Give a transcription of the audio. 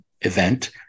event